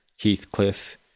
Heathcliff